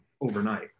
overnight